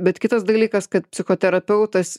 bet kitas dalykas kad psichoterapeutas